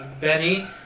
Benny